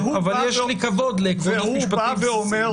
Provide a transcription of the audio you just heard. אבל יש לי כבוד לעקרונות משפטיים בסיסיים.